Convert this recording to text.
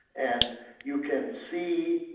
and you can see